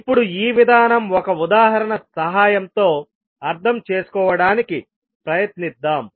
ఇప్పుడు ఈ విధానం ఒక ఉదాహరణ సహాయంతో అర్థం చేసుకోవడానికి ప్రయత్నిద్దాం